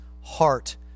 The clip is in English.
heart